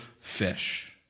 fish